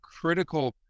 critical